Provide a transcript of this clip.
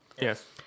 Yes